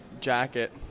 jacket